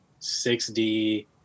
6D